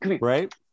right